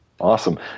Awesome